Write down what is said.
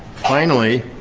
finally,